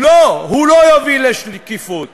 לא, הוא לא יוביל לשקיפות.